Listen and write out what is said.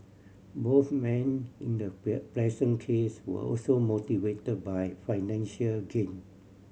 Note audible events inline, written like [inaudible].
both men in the [unintelligible] present case were also motivated by financial gain